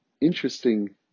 interesting